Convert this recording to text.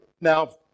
Now